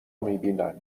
میبینید